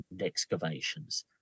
excavations